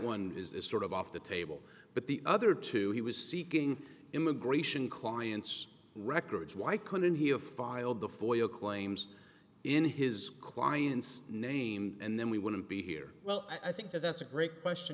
one is this sort of off the table but the other or two he was seeking immigration clients records why couldn't he have filed the foyle claims in his client's name and then we wouldn't be here well i think that's a great question